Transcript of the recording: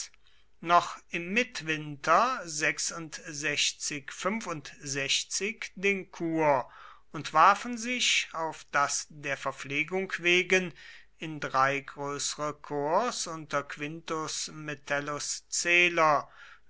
noch im mittwinter den kur und warfen sich auf das der verpflegung wegen in drei größere korps unter quintus metellus celer